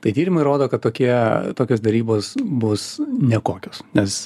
tai tyrimai rodo kad tokie tokios derybos bus nekokios nes